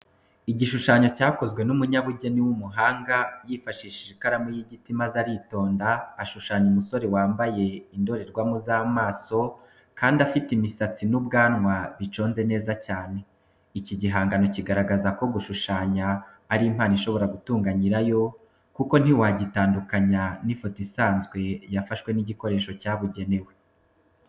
Igishushanyo cyakozwe n'umunyabugeni w'umuhanga yifashishije ikaramu y'igiti maze aritonda ashushanya umusore wambaye indorerwamo z'amaso kandi afite imisatsi n'ubwanwa biconze neza cyane. Iki gihangano kigaragaza ko gushushanya ari impano ishobora gutunga nyirayo kuko ntiwagitandukanya n'ifoto isanzwe yafashwe n'igikoresho cyabugenewe.